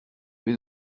vais